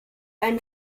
ein